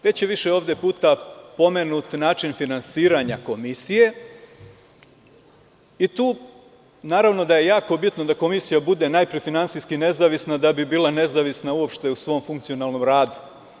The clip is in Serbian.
Već je ovde više puta pomenut način finansiranja komisije i tu naravno da je jako bitno da komisija bude najpre finansijski nezavisna da bi bila nezavisna uopšte u svom funkcionalnom radu.